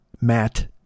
Matt